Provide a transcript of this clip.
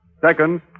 Second